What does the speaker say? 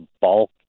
bulk